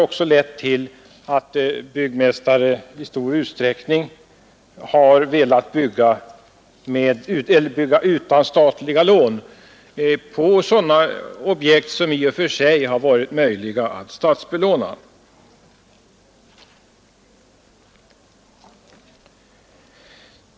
De har därför, i stor utsträckning utan statliga lån, byggt sådana objekt som i och för sig varit möjliga att statsbelåna.